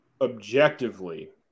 objectively